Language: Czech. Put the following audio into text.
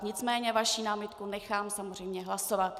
Nicméně vaší námitku nechám samozřejmě hlasovat.